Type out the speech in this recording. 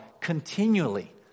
continually